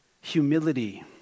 Humility